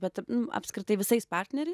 bet apskritai visais partneriais